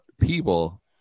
people